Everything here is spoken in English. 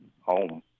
home